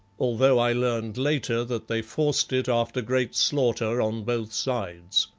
although i learned later that they forced it after great slaughter on both sides.